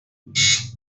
بیخیال